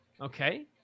Okay